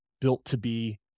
built-to-be